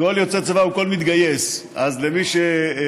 "כל יֹצֵא צבא" הוא כל מתגייס, אז למי שתוהה,